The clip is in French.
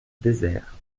désert